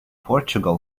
portugal